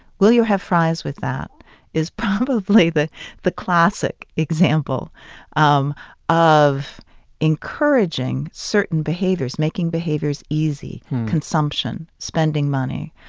will you have fries with that is probably the the classic example um of encouraging certain behaviors, making behaviors easy consumption, spending money.